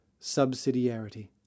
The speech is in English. subsidiarity